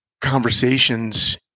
conversations